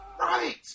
Right